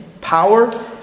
power